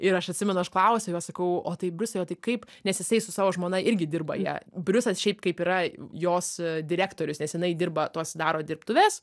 ir aš atsimenu aš klausiu jo sakau o tai briusai o tai kaip nes jisai su savo žmona irgi dirba jie briusas šiaip kaip yra jos direktorius nes jinai dirba tuos daro dirbtuves